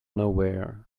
nowhere